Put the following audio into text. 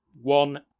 One